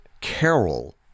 Carol